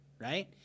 right